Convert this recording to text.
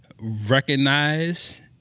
recognize